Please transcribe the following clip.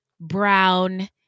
Brown